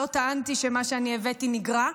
לא טענתי שמה שאני הבאתי נגרע.